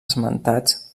esmentats